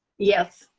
yes.